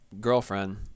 girlfriend